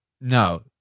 no